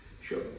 sure